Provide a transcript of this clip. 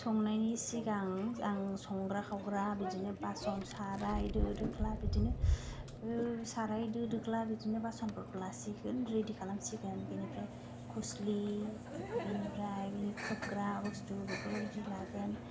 संनायनि सिगां आं संग्रा खावग्रा बिदिनो बासन साराय दो दोख्ला बिदिनो साराय दो दोख्ला बिदिनो बासन फोरखौ लासिगोन रेदि खालामसिन गोन बेनिफ्राइ खुस्लि बेनिफ्राइ बेनि खोबग्रा बुसथु बेफोरखौ रेदि लागोन